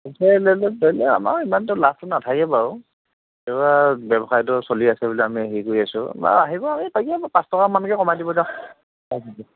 আমাৰ ইমান এটা লাভটো নেথাকে বাৰু ব্যৱসায়টো চলি আছে বুলি আমি হেৰি কৰি আছোঁ বাৰু আহিব আপুনি পাই যাব পাঁচ টকা মানকৈ কমাই দিম যাওক